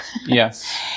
Yes